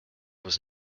was